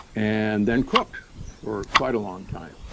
and then cooked for quite a long time.